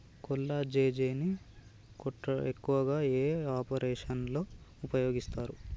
కొల్లాజెజేని ను ఎక్కువగా ఏ ఆపరేషన్లలో ఉపయోగిస్తారు?